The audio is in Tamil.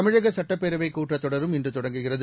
தமிழகசட்டப்பேரவைக் கூட்டத்தொடர் இன்றுதொடங்குகிறது